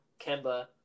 Kemba